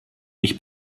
ich